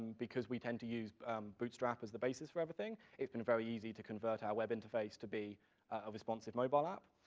because we tend to use bootstrap as the basis for everything, it's been very easy to convert our web interface to be a responsive mobile app.